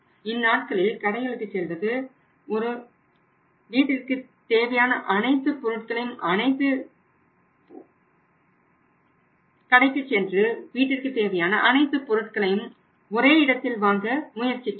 இந்நாட்களில் கடைகளுக்குச் செல்லும்போது வீட்டிற்கு தேவையான அனைத்து பொருட்களும் எளிதாக கிடைக்கக்கூடிய ஒரு கடைக்கு செல்ல முயற்சிக்கிறோம்